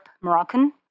Moroccan